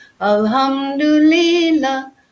alhamdulillah